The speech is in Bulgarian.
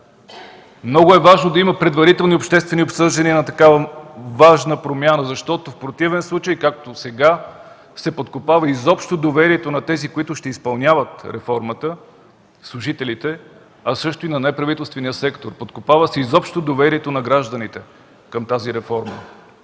Много е важно да има предварителни обществени обсъждания на такава важна промяна, защото в противен случай, както сега, се подкопава изобщо доверието на тези, които ще изпълняват реформата – служителите, а също и на неправителствения сектор. Подкопава се изобщо доверието на гражданите към тази реформа.